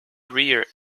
rear